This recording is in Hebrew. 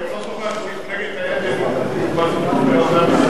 הוא לא שוכח את מפלגת האם והתמצאותו ברזי המפלגה.